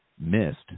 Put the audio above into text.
missed